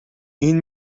این